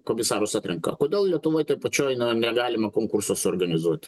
komisarus atrenka kodėl lietuvoj toj pačioj negalima konkurso suorganizuot